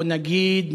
בוא נגיד,